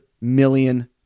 million